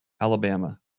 Alabama